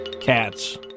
cats